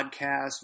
podcast